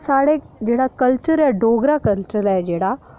साढ़े जेह्ड़ा कल्चर ऐ डोगरा कल्चर ऐ जेह्ड़ा